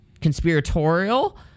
conspiratorial